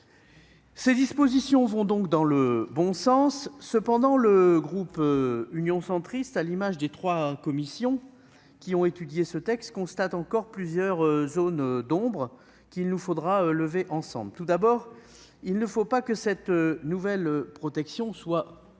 Ces dispositions vont dans le bon sens. Toutefois, le groupe Union Centriste, à l'instar des trois commissions saisies de ce texte, constate encore plusieurs zones d'ombre qu'il nous faudra éclairer ensemble. Tout d'abord, il ne faut pas que cette nouvelle protection soit